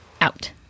out